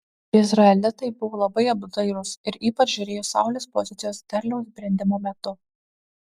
izraelitai buvo labai apdairūs ir ypač žiūrėjo saulės pozicijos derliaus brendimo metu